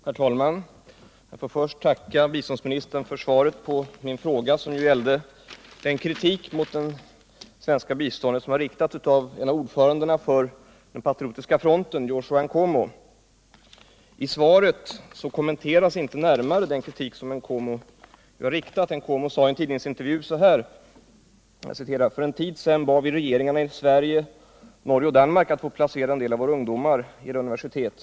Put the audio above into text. Herr talman! Jag får först tacka biståndsministern för svaret på min fråga som gällde den kritik mot det svenska biståndet som riktats av en av ordförandena för Patriotiska fronten Joshua Nkomo. I svaret kommenteras inte närmare den kritik som riktats. NKomo sade i en tidningsintervju: ”För en tid sedan bad vi regeringarna i Sverige, Norge och Danmark att få placera en del av våra ungdomar vid universitet.